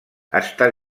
està